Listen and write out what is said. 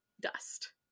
dust